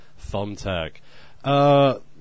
thumbtack